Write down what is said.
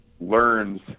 learns